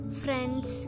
friends